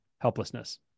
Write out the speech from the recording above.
helplessness